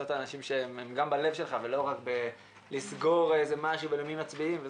אנשים שהם גם בלב שלך ולא רק לסגור איזה משהו ולמי מצביעים,